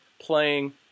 playing